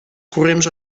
corremos